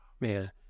Man